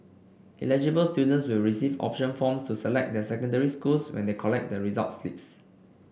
eligible students will receive option forms to select their secondary schools when they collect the results slips